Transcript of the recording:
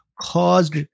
caused